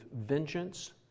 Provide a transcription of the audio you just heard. vengeance